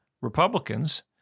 Republicans